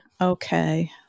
Okay